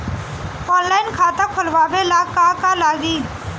Online खाता खोलबाबे ला का का लागि?